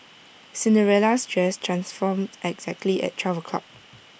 Cinderella's dress transformed exactly at twelve o'clock